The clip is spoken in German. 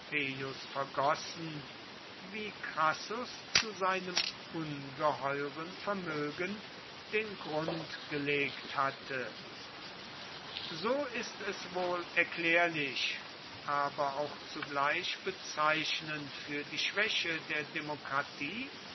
vergossen wie crassus zu seinem ugeheuren vermögen den grund gelegt hatte so ist es wohl erklärlich aber auch zugleich bezeichnend für die schwäche der demokratie